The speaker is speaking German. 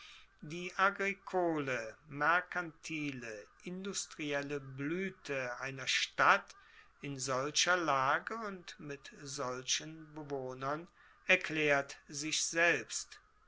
die agrikole merkantile industrielle bluete einer stadt in solcher lage und mit solchen bewohnern erklaert sich selbst